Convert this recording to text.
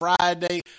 Friday